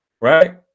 right